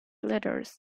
letters